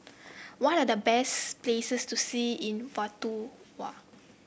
what are the best places to see in Vanuatu